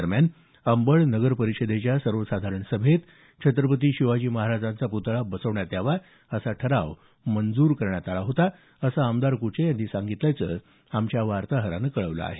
दरम्यान अंबड नगर परिषदेच्या सर्वसाधारण सभेत छत्रपती शिवाजी महाराजांचा प्तळा बसवण्यात यावा असा ठराव मंजूर करण्यात आला होता असं आमदार कुचे यांनी सांगितल्याचं आमच्या वार्ताहरानं कळवलं आहे